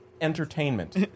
entertainment